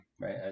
right